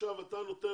עכשיו אתה נותן,